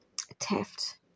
theft